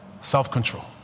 Self-control